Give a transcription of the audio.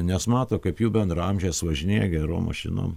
nes mato kaip jų bendraamžės važinėja gerom mašinom